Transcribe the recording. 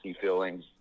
feeling